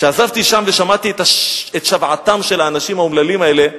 כשעזבתי שם ושמעתי את שוועתם של האנשים האומללים האלה,